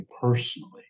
personally